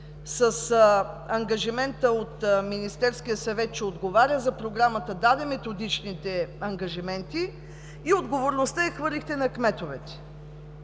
с ангажимента от Министерския съвет, че отговаря за Програмата, даде методичните ангажименти. Хвърлихте отговорността на кметовете,